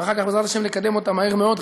ואחר כך, בעזרת השם, נקדם אותה מהר מאוד.